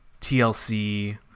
tlc